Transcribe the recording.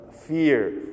fear